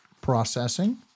processing